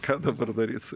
ką dabar daryt su